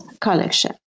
collection